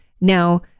Now